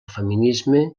feminisme